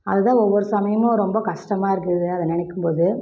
அதுதான் ஒவ்வொரு சமயமும் ரொம்ப கஷ்டமா இருக்குது அதை நினைக்கும்போது